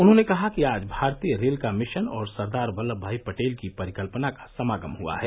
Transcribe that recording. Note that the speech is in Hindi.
उन्होंने कहा कि आज भारतीय रेल का मिशन और सरदार वल्लभभाई पटेल की परिकल्पना का समागम हुआ है